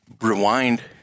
rewind